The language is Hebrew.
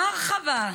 מרחבא.